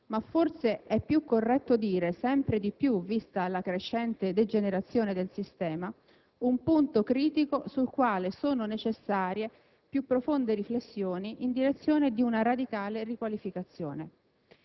ma forse è più corretto dire sempre di più, vista la crescente degenerazione del sistema, un punto critico sul quale sono necessarie più profonde riflessioni in direzione di una radicale riqualificazione.